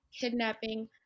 kidnapping